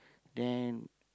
then